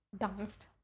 danced